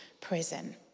prison